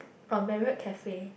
uh Marriott cafe